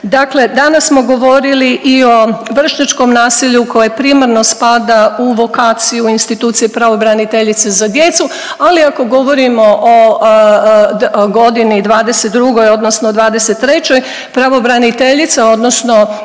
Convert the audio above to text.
Dakle, danas smo govorili i o vršnjačkom nasilju koje primarno spada u vokaciju institucije pravobraniteljice za djecu, ali ako govorimo o godini '22. odnosno '23. pravobraniteljica odnosno